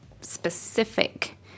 specific